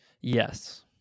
yes